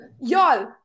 Y'all